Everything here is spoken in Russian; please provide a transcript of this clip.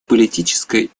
политическое